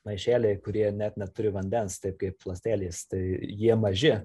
maišeliai kurie net neturi vandens taip kaip ląstelės tai jie maži